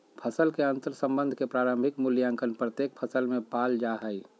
फसल के अंतर्संबंध के प्रारंभिक मूल्यांकन प्रत्येक फसल में पाल जा हइ